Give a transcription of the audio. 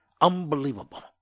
Unbelievable